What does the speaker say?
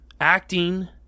acting